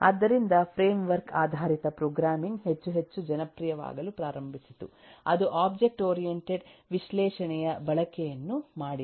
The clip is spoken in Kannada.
ಆದ್ದರಿಂದ ಫ್ರೇಮ್ ವರ್ಕ್ ಆಧಾರಿತ ಪ್ರೋಗ್ರಾಮಿಂಗ್ ಹೆಚ್ಚು ಹೆಚ್ಚು ಜನಪ್ರಿಯವಾಗಲು ಪ್ರಾರಂಭಿಸಿತು ಅದು ಒಬ್ಜೆಕ್ಟ್ ಓರಿಯೆಂಟೆಡ್ ವಿಶ್ಲೇಷಣೆಯ ಬಳಕೆಯನ್ನು ಮಾಡಿದೆ